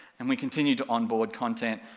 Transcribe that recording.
and we continued to onboard content,